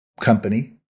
company